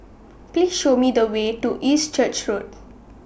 Please Show Me The Way to East Church Road